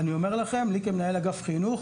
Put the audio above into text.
אני אומר לכם, כמנהל אגף חינוך,